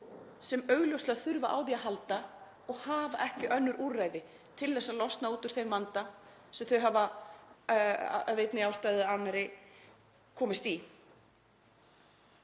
sem augljóslega þurfa á því að halda og hafa ekki önnur úrræði til að losna út úr þeim vanda sem þeir hafa af einni ástæðu eða annarri komist í.